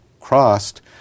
crossed